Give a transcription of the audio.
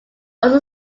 also